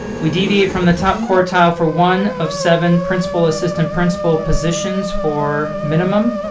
we deviate from the top quartile for one of seven principal, assistant principal positions for minimum.